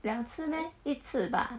两次 meh 一次吧